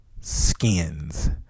skins